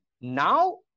Now